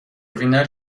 وینر